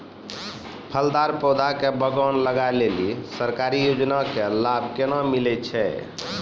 फलदार पौधा के बगान लगाय लेली सरकारी योजना के लाभ केना मिलै छै?